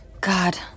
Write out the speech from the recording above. God